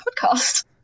podcast